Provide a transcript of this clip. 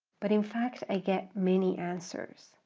but in fact i get many answers,